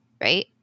right